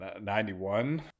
91